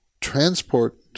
Transport